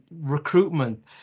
recruitment